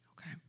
Okay